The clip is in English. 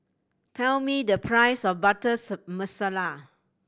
tell me the price of butter masala